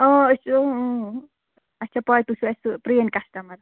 أسۍ چھِ اَسہِ چھِ پارٹی سۅ اَسہِ پرٛٲنۍ کسٹٕمر